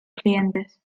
clientes